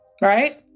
right